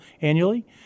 annually